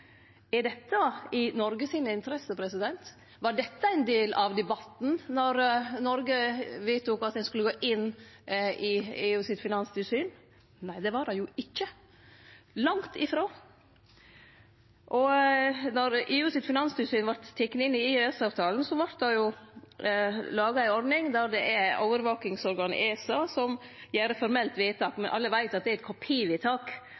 Er dette i Noreg sin interesse? Var dette ein del av debatten då Noreg vedtok at ein skulle gå inn i EUs finanstilsyn? Nei, det var det jo ikkje – langt ifrå. Då EUs finanstilsyn vart teke inn i EØS-avtalen, vart det laga ei ordning der det er overvakingsorganet ESA som gjer eit formelt vedtak, men alle veit at det er eit kopivedtak